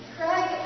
Craig